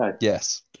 Yes